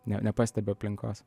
ne nepastebiu aplinkos